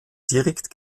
direkt